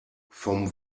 vom